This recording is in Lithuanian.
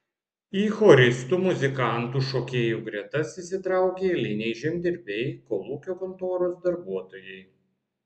į choristų muzikantų šokėjų gretas įsitraukė eiliniai žemdirbiai kolūkio kontoros darbuotojai